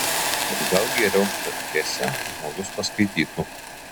ir gal geriau kad hesę žmogus paskaitytų